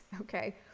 Okay